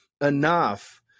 enough